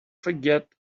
forget